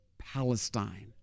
Palestine